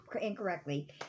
incorrectly